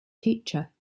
teacher